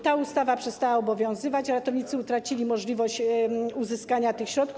Ta ustawa przestała obowiązywać, a ratownicy utracili możliwość uzyskania tych środków.